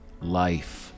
life